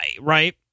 right